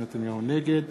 נגד